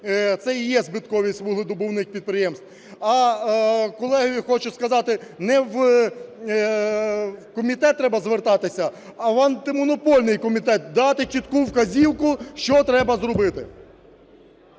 це і є збитковість вуглевидобувних підприємств. А колезі хочу сказати: не в комітет треба звертатися, а в Антимонопольний комітет, дати чітку вказівку, що треба зробити.